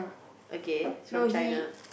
okay he's from China